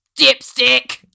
DIPSTICK